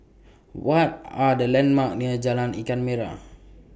What Are The landmarks near Jalan Ikan Merah